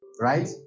right